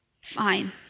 fine